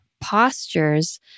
postures